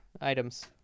Items